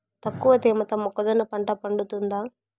తక్కువ తేమతో మొక్కజొన్న పంట పండుతుందా?